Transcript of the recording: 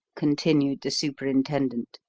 continued the superintendent.